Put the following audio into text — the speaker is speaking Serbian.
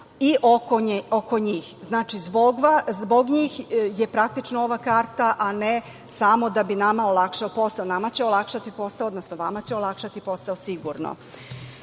i oko njih. Znači, zbog njih je praktično ova karta, a ne samo da bi nama olakšala posao. Nama će olakšati posao, odnosno, vama će olakšati posao sigurno. Što